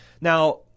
now